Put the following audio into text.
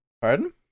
Pardon